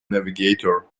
navigator